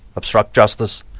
obstruct justice,